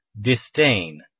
disdain